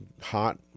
hot